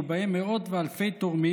ובהם מאות ואלפי תורמים,